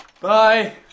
Bye